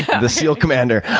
the seal commander.